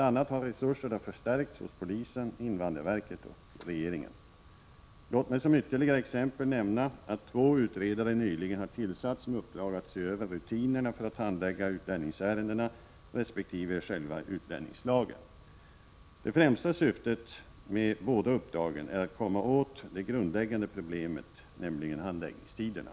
a. har resurserna förstärkts hos polisen, invandrarverket och regeringen. Låt mig som ytterligare exempel nämna att två utredare nyligen har tillsatts med uppdrag att se över rutinerna för handläggning av utlänningsärendena resp. själva utlänningslagen. Det främsta syftet med båda uppdragen är att komma åt det grundläggande problemet, nämligen handläggningstiderna.